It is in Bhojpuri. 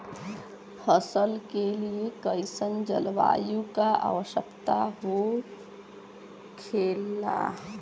फसल के लिए कईसन जलवायु का आवश्यकता हो खेला?